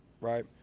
right